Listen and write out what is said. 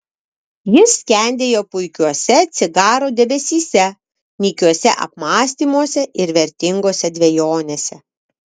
jis skendėjo puikiuose cigaro debesyse nykiuose apmąstymuose ir vertingose dvejonėse